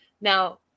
now